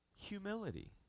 humility